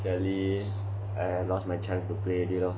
suddenly I lost my chance to play the lor